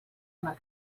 una